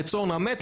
רצון המת,